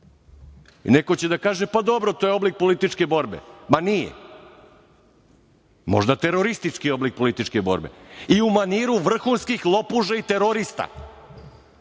Neko će da kaže – pa dobro, to je oblik političke borbe. Ma, nije. Možda teroristički oblik političke borbe i u maniru vrhunskih lopuža i terorista